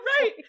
Right